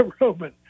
Roman